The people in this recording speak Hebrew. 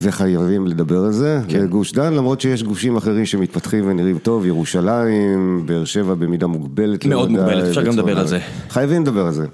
וחייבים לדבר על זה, בגוש דן, למרות שיש גושים אחרים שמתפתחים ונראים טוב, ירושלים, באר שבע במידה מוגבלת, מאוד מוגבלת, אפשר גם לדבר על זה. חייבים לדבר על זה.